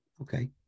Okay